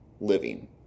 living